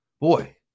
Boy